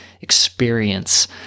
experience